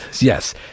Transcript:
Yes